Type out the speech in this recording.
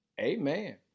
Amen